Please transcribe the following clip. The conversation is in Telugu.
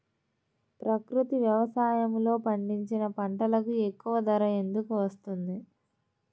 ప్రకృతి వ్యవసాయములో పండించిన పంటలకు ఎక్కువ ధర ఎందుకు వస్తుంది?